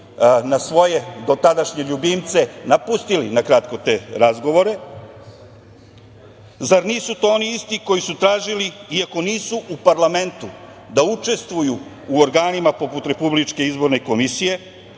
na svoje dotadašnje ljubimce, napustili na kratko te razgovore. Zar nisu to oni isti koji su tražili i ako nisu u parlamentu, da učestvuju u organima poput RIK, a danas